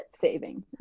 saving